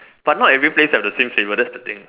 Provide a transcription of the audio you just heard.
but not every place have the same flavour that's the thing